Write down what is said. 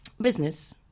Business